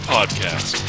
Podcast